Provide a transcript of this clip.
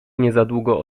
niezadługo